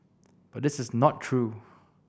but this is not true